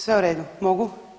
Sve u redu, mogu?